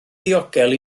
ddiogel